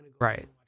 Right